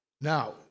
Now